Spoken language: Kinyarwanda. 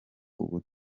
ubu